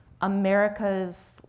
America's